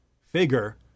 figure